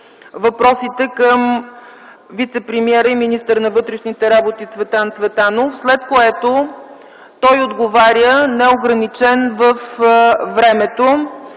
въпросите към вицепремиера и министър на вътрешните работи Цветан Цветанов, след което той отговаря, неограничен във времето.